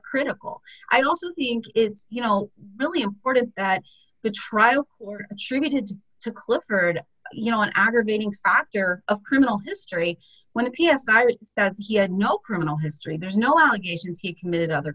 critical i also being it's you know really important that the trial or contributed to clifford you know an aggravating factor of criminal history when a p s i i writes that he had no criminal history there's no allegations he committed other